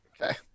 Okay